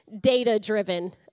data-driven